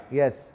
yes